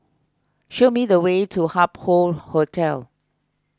show me the way to Hup Hoe Hotel